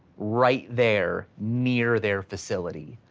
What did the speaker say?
right there near their facility.